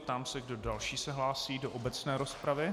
Ptám se, kdo další se hlásí do obecné rozpravy.